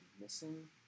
missing